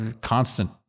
constant